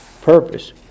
purpose